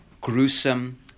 gruesome